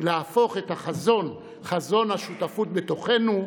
להפוך את החזון, חזון השותפות בתוכנו,